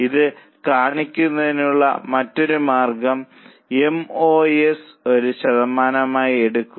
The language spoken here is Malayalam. ഇത് കാണിക്കുന്നതിനുള്ള മറ്റൊരു മാർഗം എം ഓ എസ് നെ ഒരു ശതമാനമായി എടുക്കുക